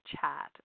chat